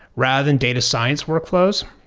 rather than data science workflows.